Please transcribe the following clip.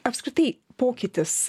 apskritai pokytis